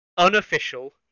unofficial